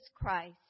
Christ